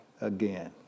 again